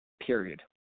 period